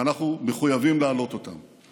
ואנחנו מחויבים להעלות אותם.